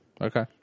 Okay